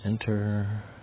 Enter